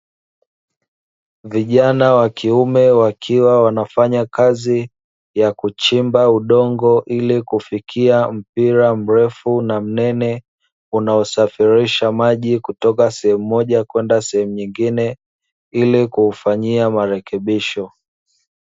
Vijana wa kiume wakiwa wanafanya kazi ya kuchimba udongo, ili kufikia mpira mrefu na mnene unaosafirisha maji kutoka sehemu moja kwenda sehemu nyingine, ili kuufanyia marekebisho.